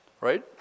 right